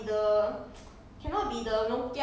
可是 how do you control ah 你们没有那个